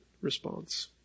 response